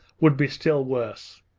would be still worse.